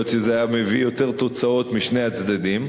יכול להיות שזה היה מביא יותר תוצאות משני הצדדים.